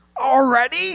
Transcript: Already